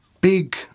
big